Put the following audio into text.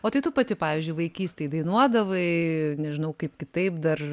o tai tu pati pavyzdžiui vaikystėj dainuodavai nežinau kaip kitaip dar